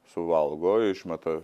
suvalgo išmeta